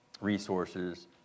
resources